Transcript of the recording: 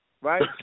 Right